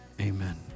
Amen